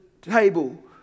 table